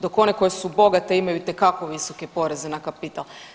Dok one koje su bogate imaju itekako bogate poreze na kapital.